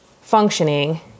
functioning